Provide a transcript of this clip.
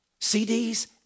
CDs